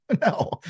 No